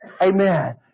Amen